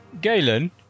Galen